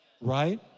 right